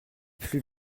plus